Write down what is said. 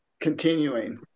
continuing